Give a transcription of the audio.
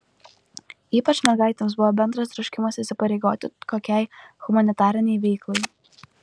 ypač mergaitėms buvo bendras troškimas įsipareigoti kokiai humanitarinei veiklai